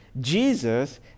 Jesus